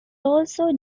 also